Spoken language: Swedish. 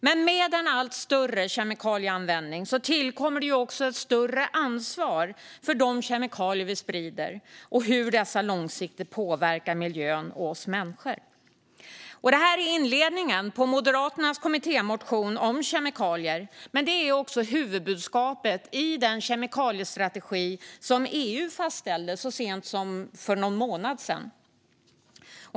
Men med en allt större kemikalieanvändning tillkommer också ett större ansvar för de kemikalier vi sprider och hur dessa långsiktigt påverkar miljön och oss människor. Detta är inledningen på Moderaternas kommittémotion om kemikalier. Men det är också huvudbudskapet i den kemikaliestrategi som EU fastställde så sent som för någon månad sedan.